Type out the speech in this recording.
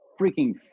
Freaking